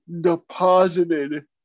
deposited